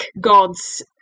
gods